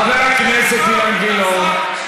חבר הכנסת אילן גילאון.